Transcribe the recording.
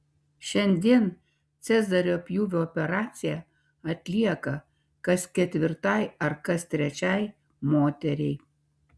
šiandien cezario pjūvio operacija atlieka kas ketvirtai ar kas trečiai moteriai